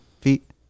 feet